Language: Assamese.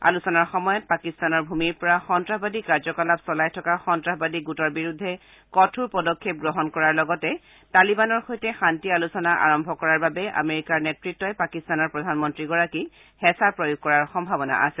আলোচনাৰ সময়ত পাকিস্তানৰ ভূমিৰ পৰা সন্তাসবাদী কাৰ্যকলাপ চলাই থকা সন্নাসবাদী গোটৰ বিৰুদ্ধে কঠোৰ পদক্ষেপ গ্ৰহণ কৰাৰ লগতে তালিবানৰ সৈতে শান্তি আলোচনা আৰম্ভ কৰাৰ বাবে আমেৰিকাৰ নেতৃতই পাকিস্তানৰ প্ৰধানমন্ত্ৰীগৰাকীক হেঁচা প্ৰয়োগ কৰাৰ সম্ভাৱনা আছে